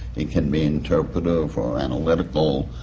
he can be interpretive or analytical.